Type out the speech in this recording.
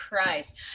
Christ